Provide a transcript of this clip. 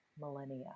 millennia